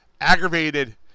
aggravated